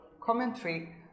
commentary